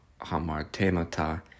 hamartemata